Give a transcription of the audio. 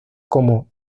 como